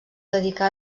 dedicà